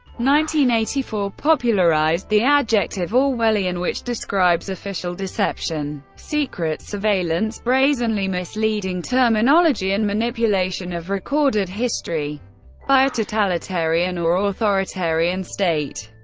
nineteen eighty-four popularised the adjective orwellian, which describes official deception, secret surveillance, brazenly misleading terminology, and manipulation of recorded history by a totalitarian or or authoritarian state.